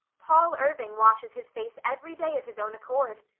paul irving washes his face every day of his own accord,